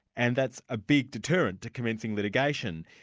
and that's a big deterrent to commencing litigation,